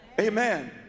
Amen